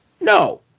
No